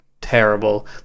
terrible